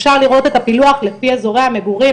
אפשר לראות את הפילוח לפי איזורי המגורים,